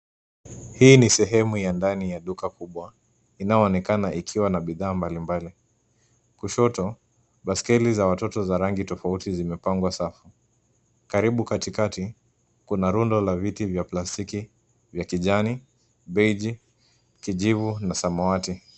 Hii ni sehemu ya ndani ya duka kubwa, inaoonekana ikiwa na bidhaa mbalimbali. Kushoto, baiskeli za watoto za rangi tofauti vimepangwa safi. Karibu katikati, kuna runda la viti vya plastiki vya kijani, beji, kijivu na samawati.